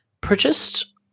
purchased